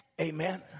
Amen